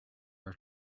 are